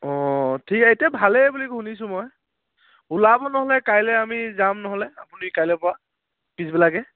অঁ ঠিক ভালেই বুলি শুনিছোঁ মই ওলাব নহ'লে কাইলৈ আমি যাম নহ'লে আপুনি কাইলৈৰ পৰা পিছবেলাকৈ